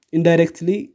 Indirectly